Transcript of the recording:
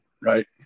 right